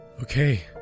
Okay